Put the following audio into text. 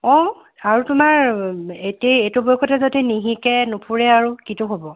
অ আৰুতো নাই আৰু এতিয়া এইটো বয়সতে যদি নিশিকে নুফুৰে আৰু কিটো হ'ব